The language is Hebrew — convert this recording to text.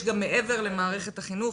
יש גם מעבר למערכת החינוך.